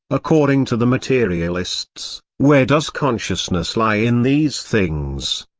according to the materialists, where does consciousness lie in these things?